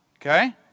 Okay